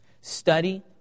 Study